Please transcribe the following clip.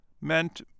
meant